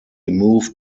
moved